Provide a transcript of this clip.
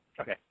Okay